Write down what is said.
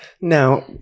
Now